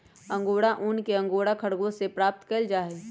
angora ऊन एक angora खरगोश से प्राप्त कइल जाहई